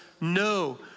no